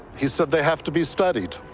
he said they have to be studied.